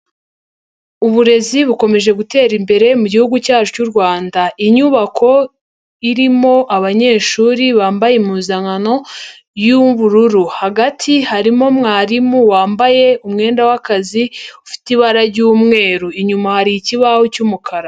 Uburezi bukomeje gutera imbere mu gihugu cyacu cy'u Rwanda. Inyubako irimo abanyeshuri bambaye impuzankano y'ubururu. Hagati harimo mwarimu wambaye umwenda w'akazi ufite ibara ry'umweru. Inyuma hari ikibaho cy'umukara.